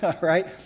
right